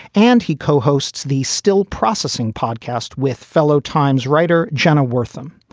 and he co-hosts the still processing podcast with fellow times writer jenna wortham.